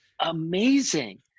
amazing